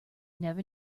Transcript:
never